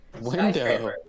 window